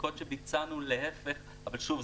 בבדיקות שביצענו להיפך אבל שוב,